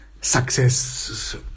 success